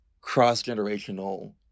cross-generational